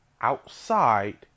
outside